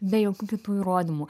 be jokių kitų įrodymų